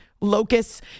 Locusts